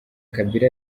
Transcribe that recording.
kabila